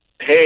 Hey